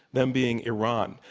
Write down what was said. them being iran.